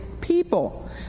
people